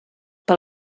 pel